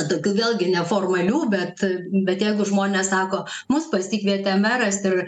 tokių vėlgi neformalių bet bet jeigu žmonės sako mus pasikvietė meras ir